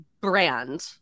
brand